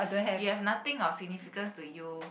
you have nothing of significance to you